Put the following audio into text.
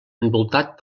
envoltat